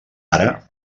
ara